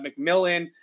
McMillan